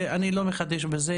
ואני לא מחדש בזה,